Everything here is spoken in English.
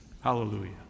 Hallelujah